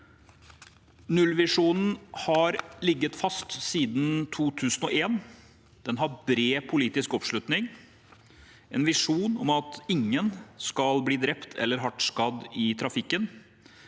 Nullvisjonen har ligget fast siden 2001. Den har bred politisk oppslutning. En visjon om at ingen skal bli drept eller hardt skadd i trafikken,